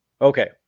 Okay